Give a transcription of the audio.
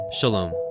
Shalom